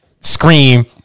scream